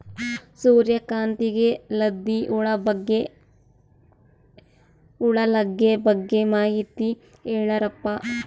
ಸೂರ್ಯಕಾಂತಿಗೆ ಲದ್ದಿ ಹುಳ ಲಗ್ಗೆ ಬಗ್ಗೆ ಮಾಹಿತಿ ಹೇಳರಪ್ಪ?